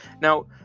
Now